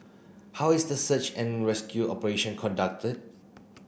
how is the search and rescue operation conducted